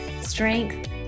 strength